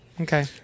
Okay